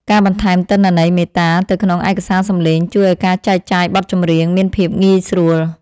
ការបន្ថែមទិន្នន័យមេតាទៅក្នុងឯកសារសំឡេងជួយឱ្យការចែកចាយបទចម្រៀងមានភាពងាយស្រួល។